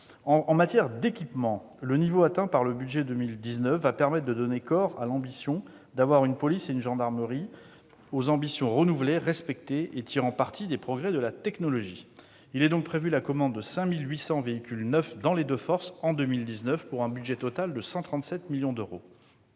En matière d'équipement, le niveau atteint par le budget pour 2019 permettra de donner corps à une police et à une gendarmerie aux ambitions renouvelées, respectées et tirant parti des progrès de la technologie. Il est donc prévu de commander 5 800 véhicules neufs dans les deux forces en 2019, pour un budget total de 137 millions d'euros.